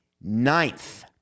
Ninth